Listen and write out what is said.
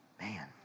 Man